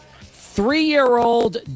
three-year-old